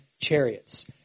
chariots